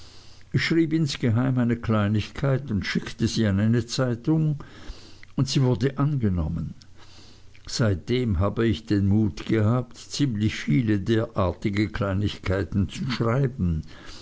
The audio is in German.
ich schrieb insgeheim eine kleinigkeit und schickte sie an eine zeitschrift und sie wurde angenommen seitdem habe ich den mut gehabt ziemlich viele derartige kleinigkeiten zu schreiben